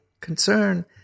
concern